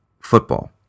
football